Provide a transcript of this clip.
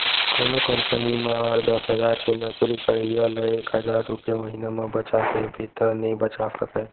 कोनो कंपनी म आठ, दस हजार के नउकरी करइया ल एक हजार रूपिया महिना म बचा कहिबे त नइ बचा सकय